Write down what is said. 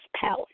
power